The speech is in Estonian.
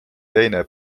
teine